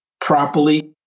properly